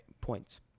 points